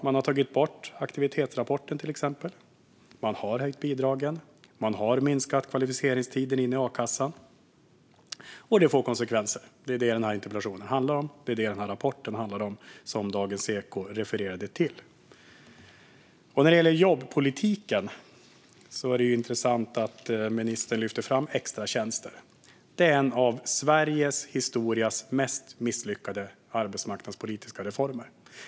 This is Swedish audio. Man tog till exempel bort aktivitetsrapporten, man höjde bidragen och man kortade kvalificeringstiden i a-kassan. Det får konsekvenser. Det är det som den här interpellationen handlar om. Rapporten som Dagens E ko refererade till handlar också om det. När det gäller jobbpolitiken är det intressant att ministern lyfter fram extratjänster, som är en av de mest misslyckade arbetsmarknadspolitiska reformerna i Sveriges historia.